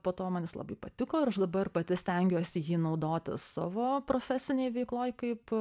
po to man jis labai patiko ir aš dabar pati stengiuosi jį naudoti savo profesinėj veikloj kaip